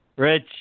Rich